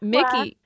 Mickey